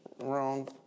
Wrong